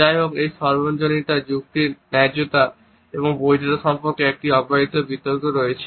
যাইহোক এই সার্বজনীনতা যুক্তির ন্যায্যতা এবং বৈধতা সম্পর্কে একটি অব্যাহত বিতর্ক রয়েছে